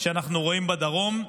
שאנחנו רואים בדרום,